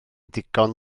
ddigon